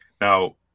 Now